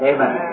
Amen